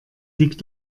liegt